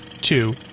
two